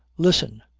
listen!